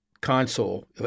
console